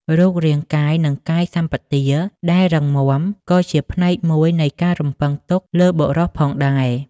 រូបរាងកាយ និងកាយសម្បទាដែលរឹងមាំ ក៏ជាផ្នែកមួយនៃការរំពឹងទុកលើបុរសផងដែរ។